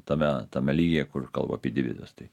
tame tame lygyje kur kalbu apie divizijas tai